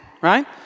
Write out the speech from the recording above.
right